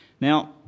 Now